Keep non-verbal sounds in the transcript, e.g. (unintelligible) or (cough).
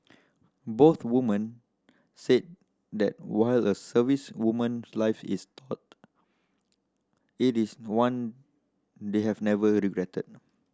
both women said that while a servicewoman's life is (unintelligible) it is one they have never regretted